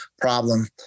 problem